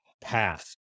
path